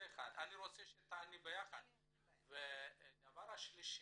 דבר אחר,